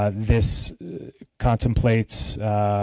ah this contemplates